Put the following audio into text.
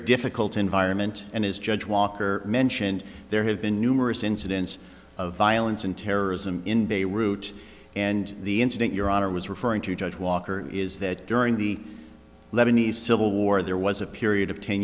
difficult environment and is judge walker mentioned there have been numerous incidents of violence and terrorism in beirut and the incident your honor was referring to judge walker is that during the lebanese civil war there was a period of ten